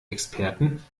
experten